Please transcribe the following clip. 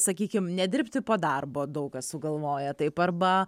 sakykim nedirbti po darbo daug kas sugalvoja taip arba